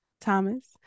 Thomas